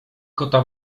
kota